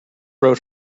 wrote